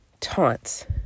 taunts